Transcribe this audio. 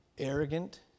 Arrogant